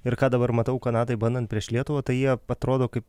ir ką dabar matau kanadai bandant prieš lietuvą tai jie atrodo kaip